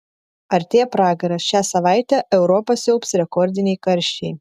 artėja pragaras šią savaitę europą siaubs rekordiniai karščiai